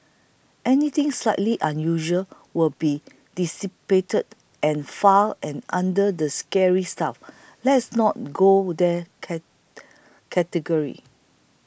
anything slightly unusual will be deciphered and filed and under the scary stuff let's not go there category